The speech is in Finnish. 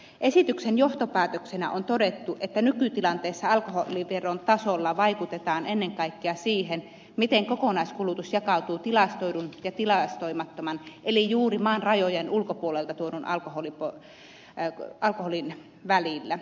esityksen johtopäätöksenä on todettu että nykytilanteessa alkoholiveron tasolla vaikutetaan ennen kaikkea siihen miten kokonaiskulutus jakautuu tilastoidun ja tilastoimattoman eli juuri maan rajojen ulkopuolelta tuodun alkoholin välillä